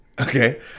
Okay